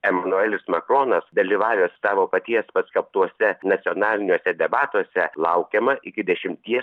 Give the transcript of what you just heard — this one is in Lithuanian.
emanuelis makronas dalyvavęs savo paties paskelbtuose nacionaliniuose debatuose laukiama iki dešimties